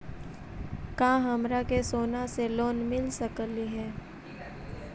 का हमरा के सोना से लोन मिल सकली हे?